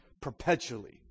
perpetually